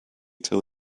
till